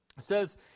says